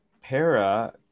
Para